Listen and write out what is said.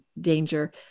danger